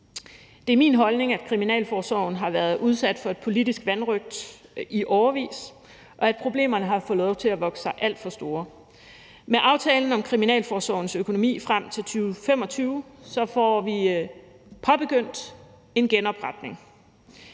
Det er min holdning, at kriminalforsorgen har været udsat for politisk vanrøgt i årevis, og at problemerne har fået lov til at vokse sig alt for store. Med aftalen om kriminalforsorgens økonomi frem til 2025 får vi påbegyndt en genopretning.